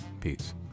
peace